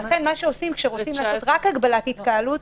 כשרוצים לעשות רק הגבלת התקהלות,